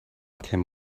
came